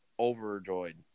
overjoyed